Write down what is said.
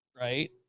right